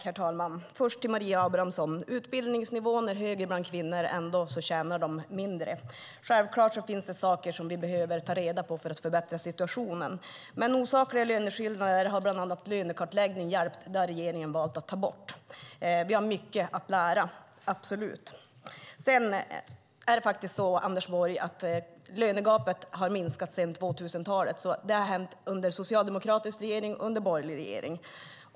Herr talman! Först till Maria Abrahamsson: Utbildningsnivån är högre bland kvinnor, och ändå tjänar de mindre. Självklart finns det saker som vi behöver ta reda på för att förbättra situationen. Men osakliga löneskillnader har bland annat lönekartläggningen hjälpt, och den har regeringen valt att ta bort. Vi har mycket att lära, absolut. Det är faktiskt så, Anders Borg, att lönegapet har minskat sedan 2000-talet. Det har hänt under socialdemokratisk regering och under borgerlig regering.